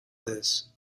this